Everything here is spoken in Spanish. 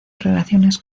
relaciones